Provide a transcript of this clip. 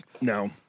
No